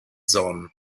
zone